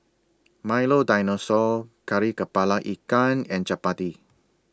Milo Dinosaur Kari Kepala Ikan and Chappati